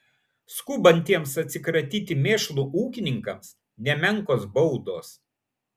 skubantiems atsikratyti mėšlu ūkininkams nemenkos baudos